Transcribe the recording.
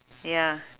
ya